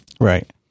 Right